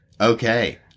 Okay